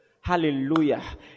Hallelujah